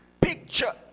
picture